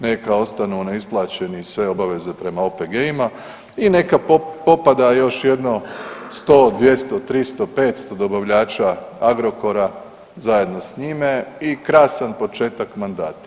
Neka ostanu neisplaćeni sve obaveze prema OPG-ima i neka popada još jedno 100,200,300,500 dobavljača Agrokora zajedno s njime i krasan početak mandata.